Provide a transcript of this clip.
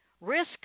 risk